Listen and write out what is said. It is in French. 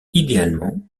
idéalement